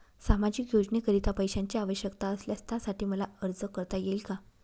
सामाजिक योजनेकरीता पैशांची आवश्यकता असल्यास त्यासाठी मला अर्ज करता येईल का?